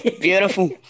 beautiful